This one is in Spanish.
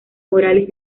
morales